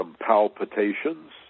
palpitations